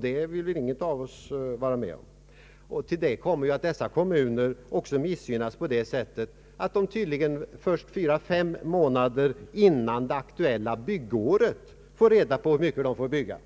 Det vill väl ingen av oss vara med om. Till detta kommer att dessa kommuner också missgynnas på det sättet att de tydligen först 4—53 månader före det aktuella byggåret får reda på hur mycket de kan bygga.